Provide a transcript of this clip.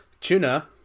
Tuna